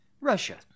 Russia